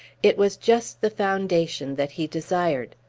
it was just the foundation that he desired.